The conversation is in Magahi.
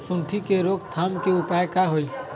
सूंडी के रोक थाम के उपाय का होई?